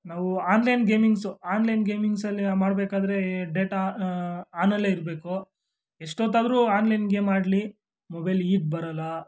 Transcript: ನಾವು online gamings online ಗೇಮಿಂಗ್ಸಲ್ಲಿ ಮಾಡಬೇಕಾದ್ರೆ ಡೇಟಾ ಆನಲ್ಲೇ ಇರಬೇಕು ಎಷ್ಟೊತ್ತಾದರೂ ಆನ್ಲೈನ್ ಗೇಮ್ ಆಡಲಿ ಮೊಬೈಲ್ ಈಟ್ ಬರೋಲ್ಲ